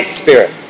spirit